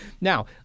Now